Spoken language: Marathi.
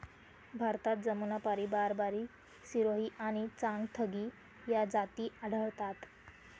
भारतात जमुनापारी, बारबारी, सिरोही आणि चांगथगी या जाती आढळतात